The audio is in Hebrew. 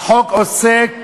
החוק עוסק